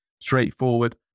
straightforward